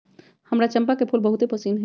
हमरा चंपा के फूल बहुते पसिन्न हइ